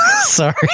Sorry